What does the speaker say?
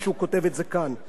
תושב ירושלים.